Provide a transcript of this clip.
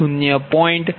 2 0